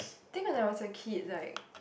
think when I was a kid like